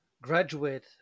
graduate